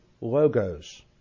Logos